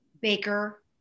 Baker